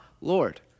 Lord